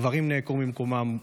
קברים נעקרו ממקומם,